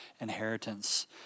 inheritance